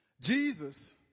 Jesus